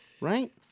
right